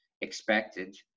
expected